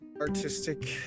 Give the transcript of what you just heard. artistic